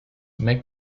make